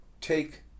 Take